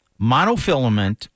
monofilament